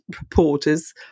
reporters